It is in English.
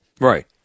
Right